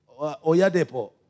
Oyadepo